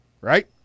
right